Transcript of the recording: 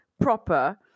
proper